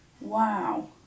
Wow